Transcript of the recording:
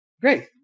Great